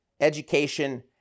education